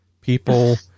people